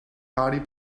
party